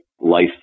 life